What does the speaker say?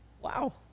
Wow